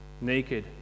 naked